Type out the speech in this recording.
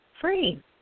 free